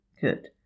Good